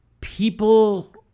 people